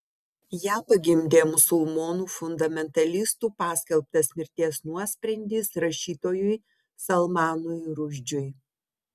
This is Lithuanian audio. ją pagimdė musulmonų fundamentalistų paskelbtas mirties nuosprendis rašytojui salmanui rušdžiui